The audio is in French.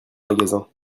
magasin